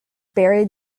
buried